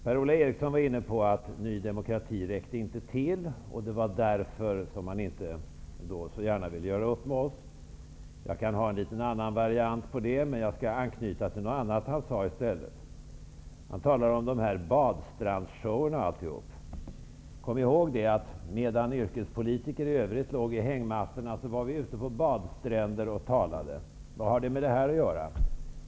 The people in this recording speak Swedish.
Per-Ola Eriksson var inne på att Ny demokrati inte räckte till och att det var därför man inte så gärna ville göra upp med oss. Jag skulle kunna ge en variant på det, men jag skall i stället anknyta till något annat som Per-Ola Eriksson sade. Han talade om badstrandsshowerna. Kom ihåg att medan övriga yrkespolitiker låg i hängmattorna var vi ute på badstränder och talade. Vad har det med det här att göra?